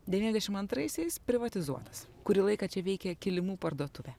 devyniasdešim antraisiais privatizuotas kurį laiką čia veikė kilimų parduotuvė